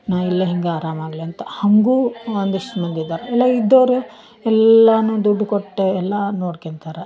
ನಾ ಇಲ್ಲೆ ಹಿಂಗೆ ಅರಾಮ್ ಆಗ್ಲಂತ ಹಾಗು ಒಂದಿಷ್ಟು ಮಂದಿ ಇದ್ದಾರ ಎಲ್ಲಾ ಇದ್ದವರು ಎಲ್ಲಾ ದುಡ್ಡು ಕೊಟ್ಟು ಎಲ್ಲಾ ನೋಡ್ಕ್ಯಂತಾರ